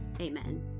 amen